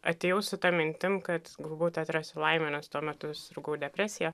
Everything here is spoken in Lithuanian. atėjau su ta mintim kad galbūt atrasiu laimę nes tuo metu sirgau depresija